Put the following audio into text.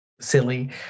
silly